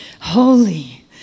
Holy